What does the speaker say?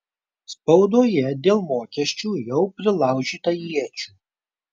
spaudoje dėl mokesčių jau prilaužyta iečių